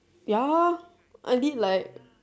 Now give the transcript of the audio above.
ya I did like